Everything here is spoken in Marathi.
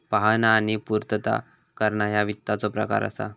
पाहणा आणि पूर्तता करणा ह्या वित्ताचो प्रकार असा